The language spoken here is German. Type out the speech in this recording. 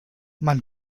man